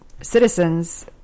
citizens